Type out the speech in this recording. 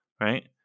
right